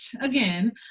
again